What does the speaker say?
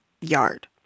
yard